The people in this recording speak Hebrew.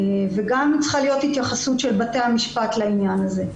צריכה להיות התייחסות של בתי המשפט לעניין הזה.